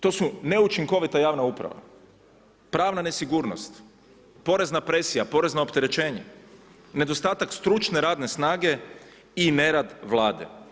To su neučinkovita javna uprava, pravna nesigurnost, porezna presija, porezno opterećenje, nedostatak stručne radne snage i nerad Vlade.